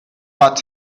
but